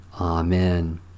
Amen